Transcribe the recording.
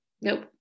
Nope